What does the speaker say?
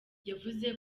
yavuze